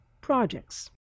projects